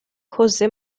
josé